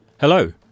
Hello